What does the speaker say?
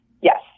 Yes